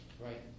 Right